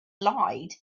lied